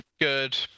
good